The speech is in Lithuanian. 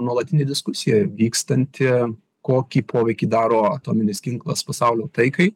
nuolatinė diskusija vykstanti kokį poveikį daro atominis ginklas pasaulio taikai